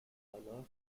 danach